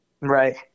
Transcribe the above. Right